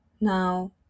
Now